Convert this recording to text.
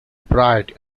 bride